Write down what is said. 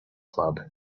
club